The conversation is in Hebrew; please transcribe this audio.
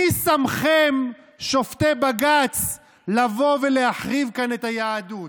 מי שמכם, שופטי בג"ץ, לבוא ולהחריב כאן את היהדות?